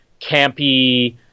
campy